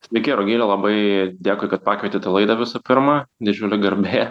sveiki rugile labai dėkui kad pakvietėt į laidą visų pirma didžiulė garbė